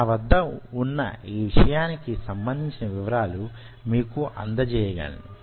నా వద్ద వున్న ఈ విషయానికి సంబంధించిన వివరాలు మీకు అందజేయగలను